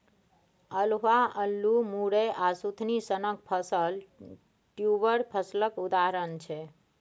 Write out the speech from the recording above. अल्हुआ, अल्लु, मुरय आ सुथनी सनक फसल ट्युबर फसलक उदाहरण छै